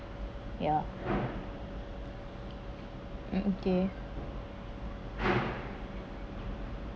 ya okay